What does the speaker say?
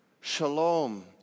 shalom